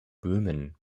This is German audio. böhmen